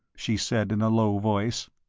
she said in a low voice.